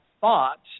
thought